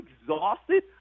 exhausted